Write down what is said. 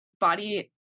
body